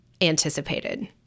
anticipated